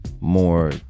more